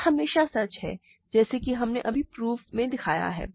यह हमेशा सच है जैसा कि हमने अभी प्रूफ में दिखाया है